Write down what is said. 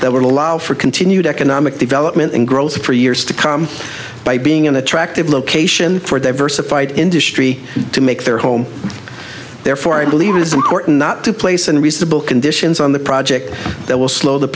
that would allow for continued economic development and growth for years to come by being an attractive location for diversified industry to make their home therefore i believe it is important not to place unreasonable conditions on the project that will slow the